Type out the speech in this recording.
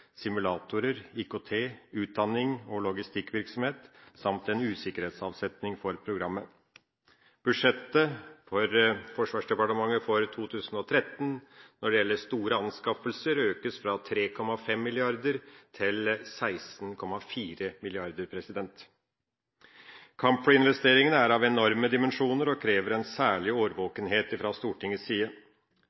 simulatorer, IKT, utdanning og logistikkvirksomhet, samt en usikkerhetsavsetning for programmet. Budsjettet for Forsvarsdepartementet for 2013, når det gjelder store anskaffelser, øker fra 3,5 mrd. kr til 16,4 mrd. Kampflyinvesteringene er av enorme dimensjoner og krever en særlig årvåkenhet fra Stortingets side.